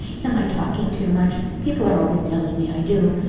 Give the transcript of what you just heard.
am i talking too much? people are always telling me i do.